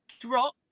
drop